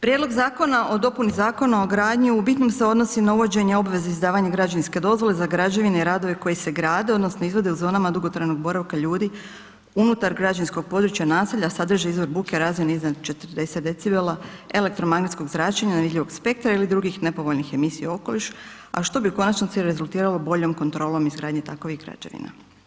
Prijedlog zakona o dopuni Zakona o gradnji u bitnom se odnosi na uvođenje obveze izdavanje građevinske dozvole za građevine i radove koji se grade odnosno izvode u zonama dugotrajnog boravka ljudi unutar građevinskog područja, naselja sadrži izvor buke ... iznad 40 dB elektromagnetskog zračenja, nevidljivog spektra ili drugih nepovoljnih emisija u okoliš a što bi u konačnici rezultiralo boljom kontrolom takvih građevina.